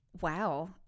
Wow